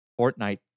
Fortnite